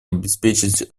обеспечить